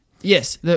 Yes